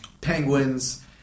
Penguins